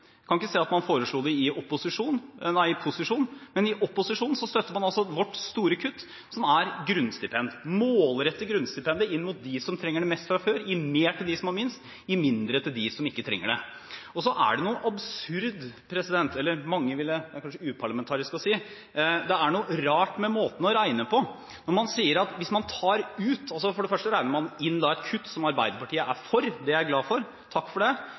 kan ikke se at man foreslo det i posisjon, men i opposisjon støtter man altså vårt store kutt, som er på grunnstipend. Vi målretter grunnstipendet mot dem som trenger det mest fra før. Vi gir mer til dem som har minst, og mindre til dem som ikke trenger det. Så er det noe absurd – det er kanskje uparlamentarisk å si – det er noe rart med måten man regner på. For det første regner man inn et kutt som Arbeiderpartiet er for. Det er jeg glad for. Takk for det.